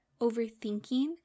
overthinking